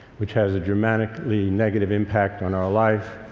which has a dramatically negative impact on our life.